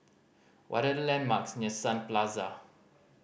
what are the landmarks near Sun Plaza